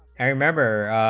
i remember